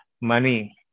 money